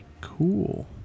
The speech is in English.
Cool